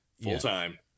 full-time